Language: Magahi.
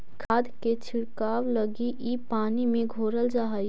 खाद के छिड़काव लगी इ पानी में घोरल जा हई